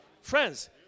Friends